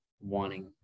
wanting